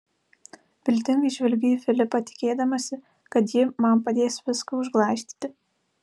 viltingai žvelgiu į filipą tikėdamasi kad ji man padės viską užglaistyti